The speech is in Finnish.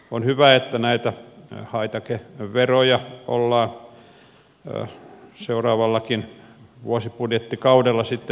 on hyvä että näitä haitakeveroja ollaan seuraavallakin vuosibudjettikaudella sitten nostamassa